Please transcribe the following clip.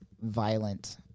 violent